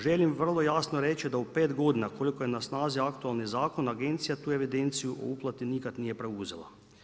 Želim vrlo jasno reći da u pet godina koliko je na snazi aktualni zakon agencija tu evidenciju o uplati nikad nije preuzela.